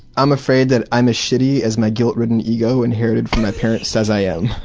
i'm afraid that i'm as shitty as my guilt-ridden ego inherited from my parents says i am.